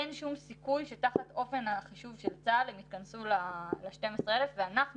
אין שום סיכוי שתחת אופן החישוב של צה"ל הם יתכנסו ל-12,000 ש"ח ואנחנו